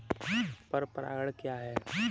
पर परागण क्या है?